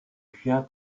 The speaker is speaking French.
chien